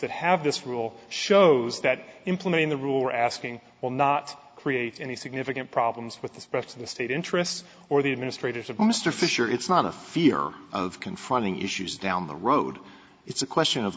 that have this rule shows that implementing the rule or asking will not create any significant problems with the rest of the state interests or the administrators of mr fisher it's not a fear of confronting issues down the road it's a question of